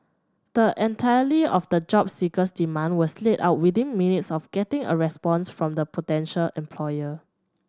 the entirety of the job seeker's demand was laid out within minutes of getting a response from the potential employer